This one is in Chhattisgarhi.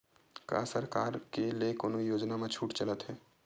का सरकार के ले कोनो योजना म छुट चलत हे?